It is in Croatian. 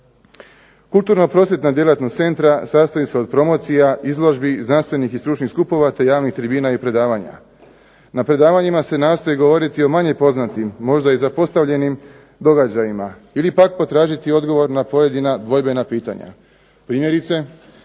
Kulturno-prosvjetna djelatnost centra sastoji se od promocija, izložbi, znanstvenih i stručnih skupova te javnih tribina i predavanja. Na predavanjima se nastoji govoriti o manje poznatim, možda i zapostavljenim događajima ili pak potražiti odgovor na pojedina dvojbena pitanja. Primjerice,